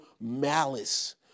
malice